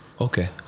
Okay